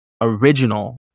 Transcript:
original